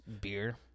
beer